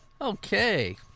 Okay